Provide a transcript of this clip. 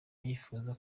yifuza